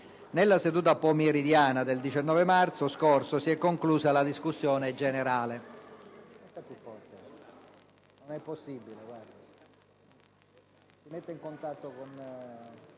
nella seduta pomeridiana del 19 marzo si è conclusa la discussione generale.